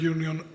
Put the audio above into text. Union